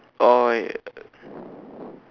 or I uh